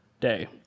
day